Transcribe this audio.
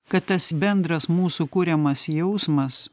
kad tas bendras mūsų kuriamas jausmas